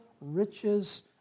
riches